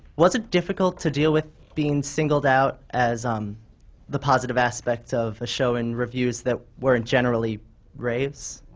was it difficult to deal with being singled out as um the positive aspects of a show in reviews that weren't generally raves?